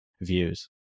views